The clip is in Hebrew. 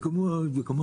זה כמו בטאבו.